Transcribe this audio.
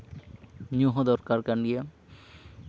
ᱧᱩ ᱦᱚᱸ ᱫᱚᱨᱠᱟᱨ ᱠᱟᱱ ᱜᱮᱭᱟ